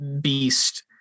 beast